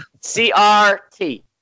C-R-T